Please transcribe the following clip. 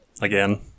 Again